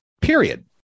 Period